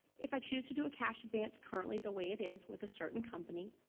if i choose to do a cash advance currently, the way it is, with a certain company,